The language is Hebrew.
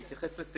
בבקשה.